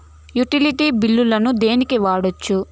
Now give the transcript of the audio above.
Utility బిల్లులను దేనికి వాడొచ్చు?